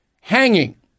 hanging